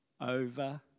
over